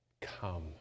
come